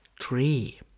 tree